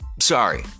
Sorry